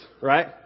right